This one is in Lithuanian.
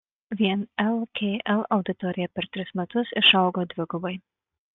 vien lkl auditorija per trejus metus išaugo dvigubai